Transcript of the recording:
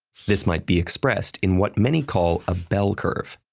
this might be expressed in what many call a bell curve.